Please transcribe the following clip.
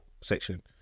section